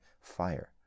fire